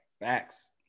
Facts